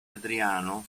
adriano